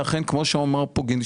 כמו שאמר פה גינדי,